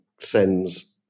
sends